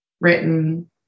written